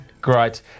Great